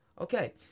okay